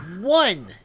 one